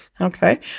Okay